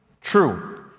true